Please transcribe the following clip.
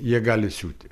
jie gali siūti